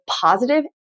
positive